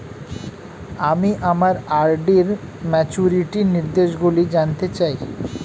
আমি আমার আর.ডি র ম্যাচুরিটি নির্দেশগুলি জানতে চাই